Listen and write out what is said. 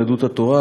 יהדות התורה,